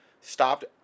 stopped